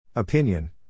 Opinion